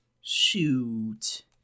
Shoot